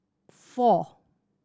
four